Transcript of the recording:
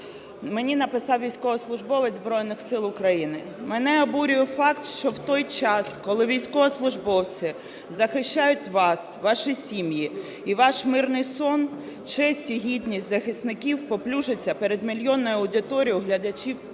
Мені написав військовослужбовець Збройних Сил України. "Мене обурює факт, що в той час, коли військовослужбовці захищають вас, ваші сім'ї і ваш мирний сон, честь і гідність захисників паплюжиться перед мільйонною аудиторією глядачів каналів